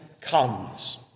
comes